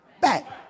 back